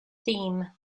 theme